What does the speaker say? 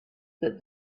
that